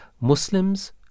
muslims